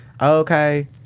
okay